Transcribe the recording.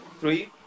Three